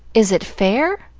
is it fair?